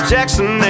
Jackson